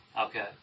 Okay